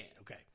Okay